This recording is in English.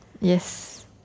Yes